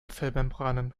zellmembranen